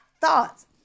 thoughts